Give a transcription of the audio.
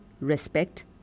respect